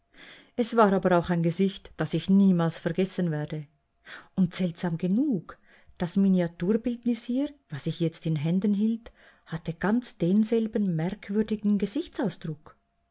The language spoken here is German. es war aber auch ein gesicht das ich niemals vergessen werde und seltsam genug das miniaturbildnis hier was ich jetzt in händen hielt hatte ganz denselben merkwürdigen gesichtsausdruck